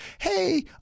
Hey